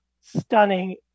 stunning